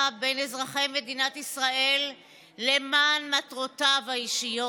בין אזרחי מדינת ישראל למען מטרותיו האישיות.